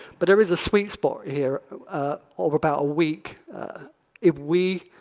but there is a sweet spot here over about a week if we